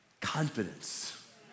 confidence